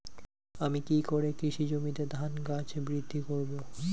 আমি কী করে কৃষি জমিতে ধান গাছ বৃদ্ধি করব?